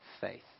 faith